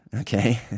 okay